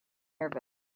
nervous